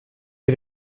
n’y